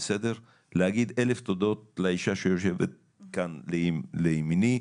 להגיד אלף תודות לאישה שיושבת כאן לימיני,